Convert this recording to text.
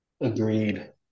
Agreed